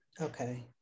Okay